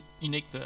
unique